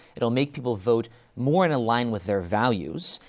it'll make people vote more in a line with their values,